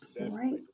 right